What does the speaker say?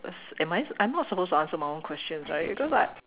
am I I'm not supposed to answer my own questions right because I